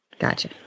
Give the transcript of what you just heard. Gotcha